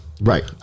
Right